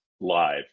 live